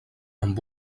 amb